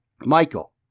Michael